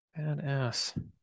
Badass